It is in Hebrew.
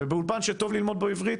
ובאולפן שטוב בו ללמוד עברית,